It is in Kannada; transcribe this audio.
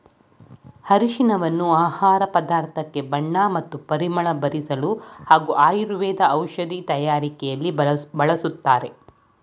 ಅರಿಶಿನವನ್ನು ಆಹಾರ ಪದಾರ್ಥಕ್ಕೆ ಬಣ್ಣ ಮತ್ತು ಪರಿಮಳ ಬರ್ಸಲು ಹಾಗೂ ಆಯುರ್ವೇದ ಔಷಧಿ ತಯಾರಕೆಲಿ ಬಳಸ್ತಾರೆ